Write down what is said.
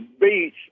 beach